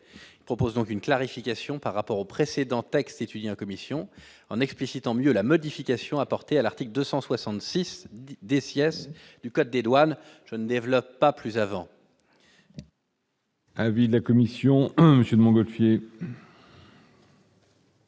propose donc une clarification par rapport au précédent texte étudié en commission en explicitant mieux la modification apportée à l'article 266 des siestes du code des douanes je ne développe pas plus avant. Avis de la commission, un monsieur de Montgolfier.